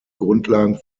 grundlagen